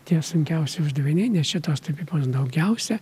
tie sunkiausi uždaviniai nes šitos tapybos daugiausia